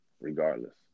regardless